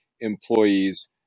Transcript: employees